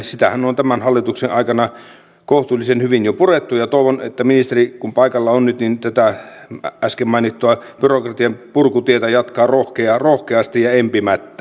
sitähän on tämän hallituksen aikana kohtuullisen hyvin jo purettu ja toivon että ministeri kun on nyt paikalla tätä äsken mainittua byrokratian purkutietä jatkaa rohkeasti ja empimättä